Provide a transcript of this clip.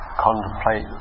contemplate